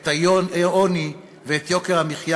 את העוני ואת יוקר המחיה,